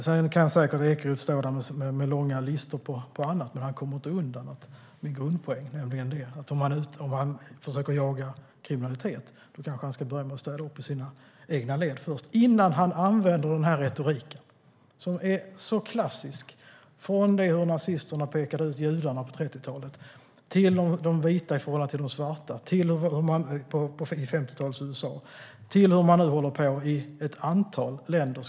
Ekeroth kan säkert stå där med långa listor på annat, men han kommer inte undan min grundpoäng, nämligen att om han försöker jaga kriminalitet kanske han ska börja i sina egna led innan han använder denna retorik, som är så klassisk. Den har använts från det att nazisterna pekade ut judarna på 1930-talet till förhållandet mellan vita och svarta i 1950-talets USA och till hur man nu håller på i ett antal länder.